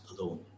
alone